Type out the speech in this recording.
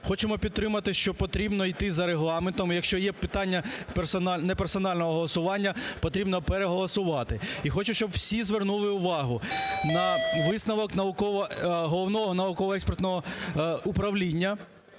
Хочемо підтримати, що потрібно йти за Регламентом. Якщо є питання не персонального голосування, потрібно переголосувати. І хочу, щоб всі звернули увагу на висновок Головного науково-експертного управління